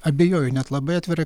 abejoju net labai atvirai